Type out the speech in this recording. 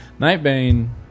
Nightbane